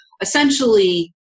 essentially